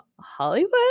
Hollywood